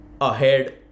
ahead